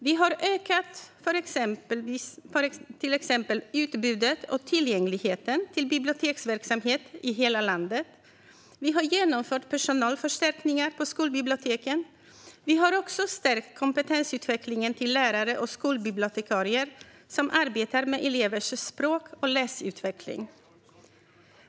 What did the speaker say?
Vi har till exempel ökat utbudet av och tillgängligheten till biblioteksverksamhet i hela landet. Vi har genomfört personalförstärkningar på skolbiblioteken. Vi har också stärkt kompetensutvecklingen till lärare och skolbibliotekarier som arbetar med elevers språk och läsutveckling.